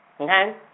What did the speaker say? okay